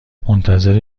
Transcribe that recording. منتظر